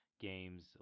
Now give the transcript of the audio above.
games